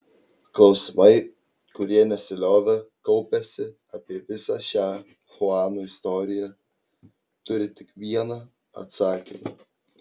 klausimai kurie nesiliovė kaupęsi apie visą šią chuano istoriją turi tik vieną atsakymą